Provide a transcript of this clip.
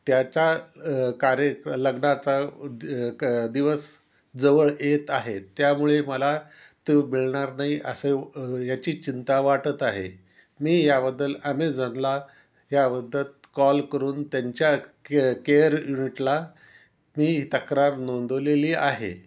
त्याचा कार्य लग्नाचा क दिवस जवळ येत आहे त्यामुळे मला तो मिळणार नाही असे याची चिंता वाटत आहे मी याबद्दल ॲमेझॉनला याबद्दत कॉल करून त्यांच्या के केअर युनिटला मी तक्रार नोंदवलेली आहे